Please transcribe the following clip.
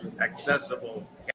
accessible